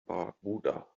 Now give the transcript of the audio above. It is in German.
barbuda